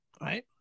right